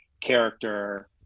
character